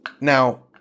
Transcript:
now